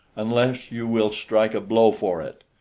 unless you will strike a blow for it.